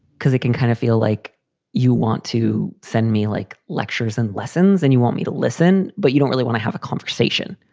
because it can kind of feel like you want to send me, like lectures and lessons and you want me to listen, but you don't really want to have a conversation.